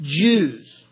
Jews